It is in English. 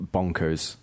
Bonkers